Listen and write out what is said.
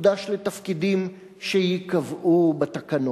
תוקדש לתפקידים שייקבעו בתקנות".